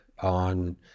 on